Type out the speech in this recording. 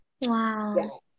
Wow